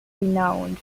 renowned